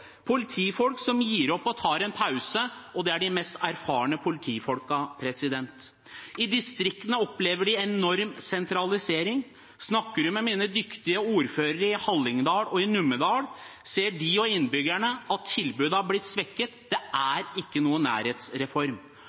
Politifolk gir opp og tar en pause, og det er de mest erfarne politifolkene. I distriktene opplever de en enorm sentralisering. Snakker en med de dyktige ordførerne i Hallingdal og i Numedal, ser de og innbyggerne at tilbudet har blitt svekket. Det er ikke noen nærhetsreform.